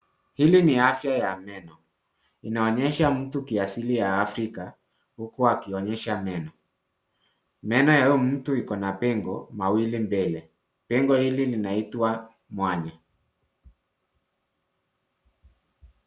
Hili ni afya ya meno, inaonyesha mtu kiasili ya Afrika huku akionyesha meno. Meno ya huyo iko pengo mawili mbele, pengo hili linaitwa mwanya.